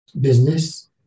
business